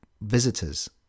visitors